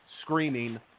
screaming